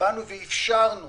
אפשרנו